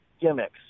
gimmicks